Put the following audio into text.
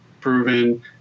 Proven